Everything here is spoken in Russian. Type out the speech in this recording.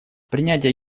принятие